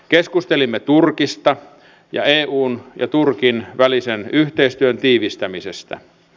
keskustelimme turkista ja eun ja turkin välisen yhteistyön tiivistämisestä